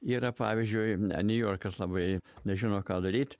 yra pavyzdžiui ane niujorkas labai nežino ką daryt